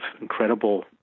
incredible